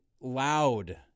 loud